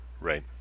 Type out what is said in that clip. Right